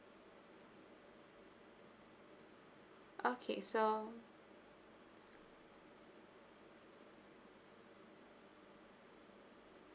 okay so